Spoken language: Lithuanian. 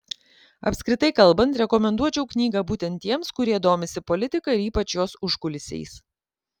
apskritai kalbant rekomenduočiau knygą būtent tiems kurie domisi politika ir ypač jos užkulisiais